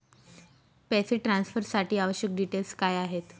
पैसे ट्रान्सफरसाठी आवश्यक डिटेल्स काय आहेत?